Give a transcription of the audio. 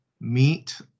meet